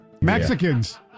Mexicans